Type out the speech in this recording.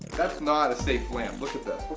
that's not a safe lamp, look at this.